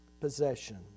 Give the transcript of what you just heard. possession